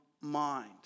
mind